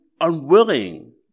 unwilling